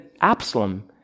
Absalom